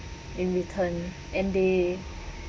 in return and they